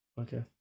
okay